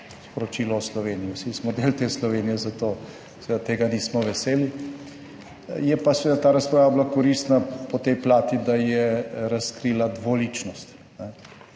sporočilo o Sloveniji, vsi smo del te Slovenije, zato seveda tega nismo veseli, je pa seveda ta razprava bila koristna po tej plati, da je razkrila dvoličnost.